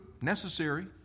necessary